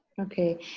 Okay